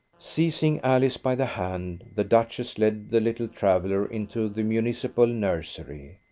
seizing alice by the hand the duchess led the little traveller into the municipal nursery.